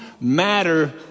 matter